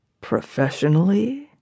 Professionally